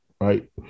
right